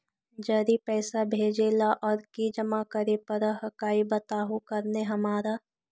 जड़ी पैसा भेजे ला और की जमा करे पर हक्काई बताहु करने हमारा?